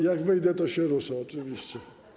Jak wyjdę, to się ruszę, oczywiście.